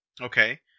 Okay